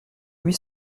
huit